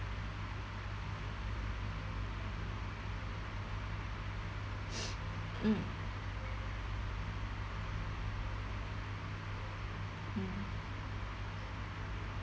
mm mm